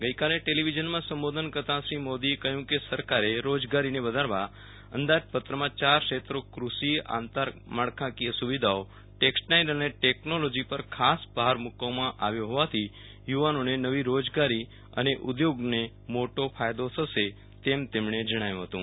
ગઈકાલે ટેલિવિઝનમાં સંબોધન કરતા શ્રી મોદીએ કહ્યુ કે સરકારે રોજગારીને વધારવા અંદાજપત્રમાં યાર ક્ષેત્રો કૃષિ આંતર માળખાકીય સુવિધાઓટેક્સટાઈલ અને ટેકનોલોજી પર ભાર મુકવામાં આવ્યો હોવાથી યુ વાનોને નવી રોજગારી અને ઉધોગોને મોટો ફાયદો થશે તેમ તેમણે જણાવ્યુ હતું